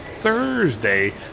Thursday